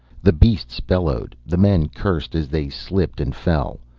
the beasts bellowed, the men cursed as they slipped and fell.